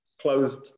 closed